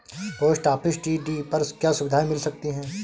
Post office TD पर क्या सुविधाएँ मिल सकती है?